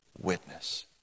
witness